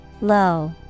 Low